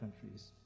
countries